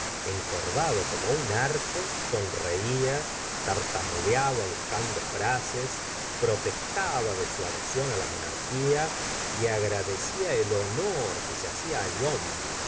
encorvado como un arco sonreía tartamudeaba buscando frases protestaba de su adhesión á la monarquía y agradecía el honor que se hacia